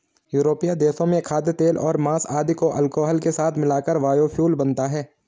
यूरोपीय देशों में खाद्यतेल और माँस आदि को अल्कोहल के साथ मिलाकर बायोफ्यूल बनता है